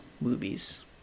movies